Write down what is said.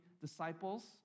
disciples